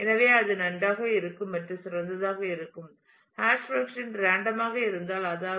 எனவே அது நன்றாக இருக்கும் மற்றும் சிறந்ததாக இருக்கும் ஹாஷ் பங்க்ஷன் ரேண்டம் ஆக இருந்தால் அதாவது